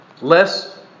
less